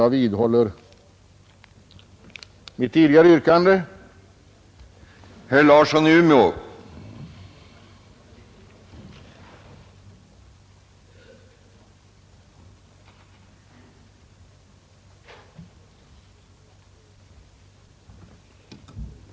Jag vidhåller mitt tidigare framställda yrkande.